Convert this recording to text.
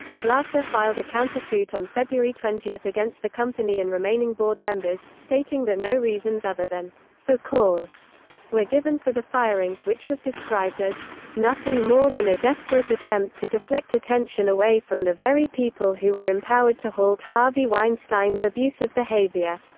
glasser filed a counter-suit on february twenty against the company and remaining board members, stating that no reasons other than for cause were given for the firing, which was described as nothing more than a desperate attempt to deflect attention away from the very people who were empowered to halt harvey weinstein's abusive behavior.